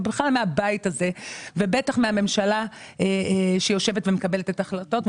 ובכלל מהבית הזה ובטח מהממשלה שמקבלת את ההחלטות,